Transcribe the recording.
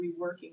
reworking